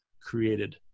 created